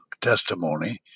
testimony